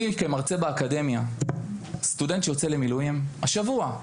אני כמרצה באקדמיה, סטודנט שיוצא למילואים, השבוע.